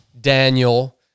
Daniel